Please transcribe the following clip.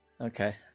Okay